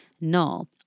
null